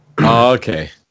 Okay